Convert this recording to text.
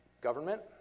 Government